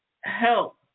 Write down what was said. help